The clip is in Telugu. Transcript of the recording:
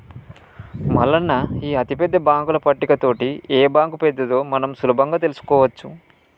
మల్లన్న ఈ అతిపెద్ద బాంకుల పట్టిక తోటి ఏ బాంకు పెద్దదో మనం సులభంగా తెలుసుకోవచ్చు